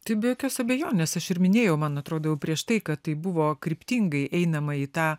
tai be jokios abejonės aš ir minėjau man atrodo jau prieš tai kad tai buvo kryptingai einama į tą